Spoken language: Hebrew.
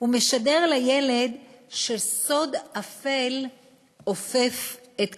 הוא משדר לילד שסוד אפל אופף את קיומו,